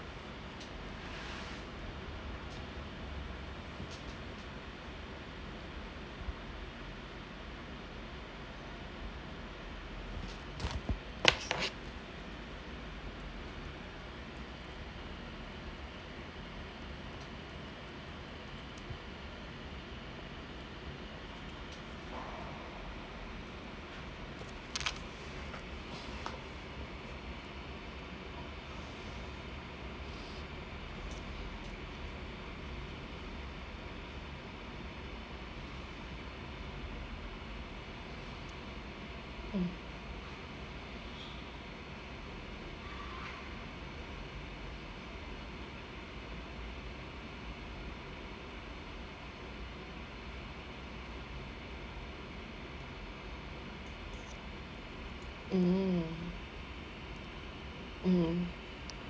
mm mm mm